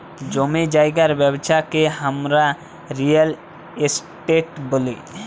জমি জায়গার ব্যবচ্ছা কে হামরা রিয়েল এস্টেট ব্যলি